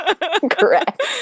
Correct